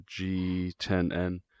G10N